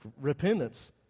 Repentance